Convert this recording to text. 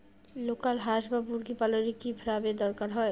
Local হাস বা মুরগি পালনে কি ফার্ম এর দরকার হয়?